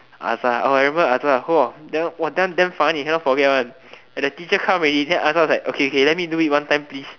Azhar oh I remember Azhar !woah! that one damn funny cannot forget one and the teacher come already then Azhar was like okay okay let me do it one time please